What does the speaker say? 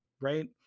Right